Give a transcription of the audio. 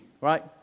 right